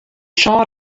sân